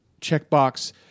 checkbox